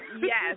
yes